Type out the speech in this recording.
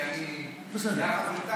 כי אני יחד איתה.